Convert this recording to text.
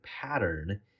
pattern